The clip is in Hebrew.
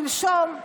שלשום?